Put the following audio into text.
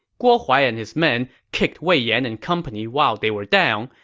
guo huai and his men kicked wei yan and company while they were down,